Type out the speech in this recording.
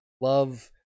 Love